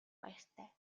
баяртай